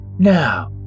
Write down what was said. Now